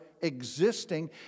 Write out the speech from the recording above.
existing